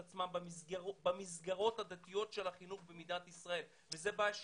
עצמם במסגרות הדתיות של החינוך במדינת ישראל וזאת בעיה שקיימת.